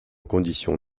conditions